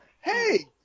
hey